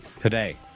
today